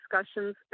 discussions